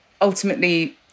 ultimately